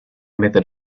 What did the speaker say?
method